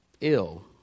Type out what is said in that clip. Ill